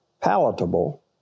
palatable